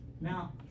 Now